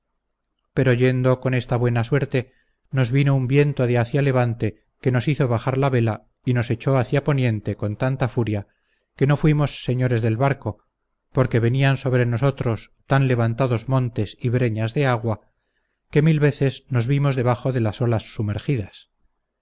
pero yendo con esta buena suerte nos vino un viento de hacia levante que nos hizo bajar la vela y nos echó hacia poniente con tanta furia que no fuimos señores del barco porque venían sobre nosotros tan levantados montes y breñas de agua que mil veces nos vimos debajo de las olas sumergidos